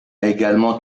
également